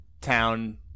town